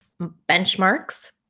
benchmarks